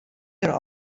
der